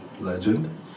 Legend